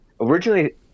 originally